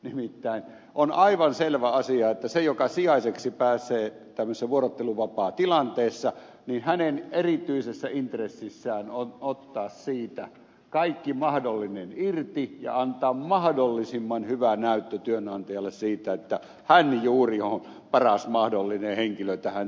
nimittäin on aivan selvä asia että sen joka sijaiseksi pääsee tämmöisessä vuorotteluvapaatilanteessa erityisessä intressissä on ottaa siitä kaikki mahdollinen irti ja antaa mahdollisimman hyvä näyttö työnantajalle siitä että hän juuri on paras mahdollinen henkilö tähän tehtävään